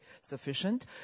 sufficient